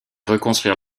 reconstruire